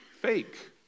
fake